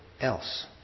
else